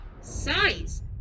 Size